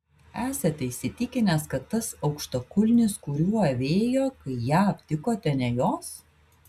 esate įsitikinęs kad tas aukštakulnis kuriuo avėjo kai ją aptikote ne jos